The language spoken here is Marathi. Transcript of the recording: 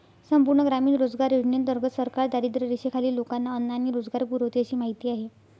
संपूर्ण ग्रामीण रोजगार योजनेंतर्गत सरकार दारिद्र्यरेषेखालील लोकांना अन्न आणि रोजगार पुरवते अशी माहिती आहे